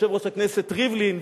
יושב-ראש הכנסת ריבלין,